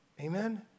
Amen